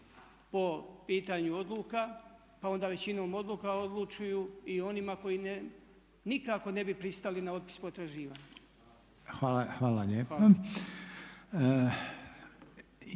po pitanju odluka, pa onda većinom odluka odlučuju i o onima koji nikako ne bi pristali na otpis potraživanja. **Reiner,